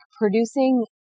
producing